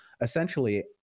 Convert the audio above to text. Essentially